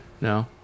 No